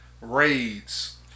Raids